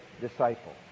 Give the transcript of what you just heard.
disciple